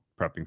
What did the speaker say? prepping